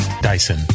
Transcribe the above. Dyson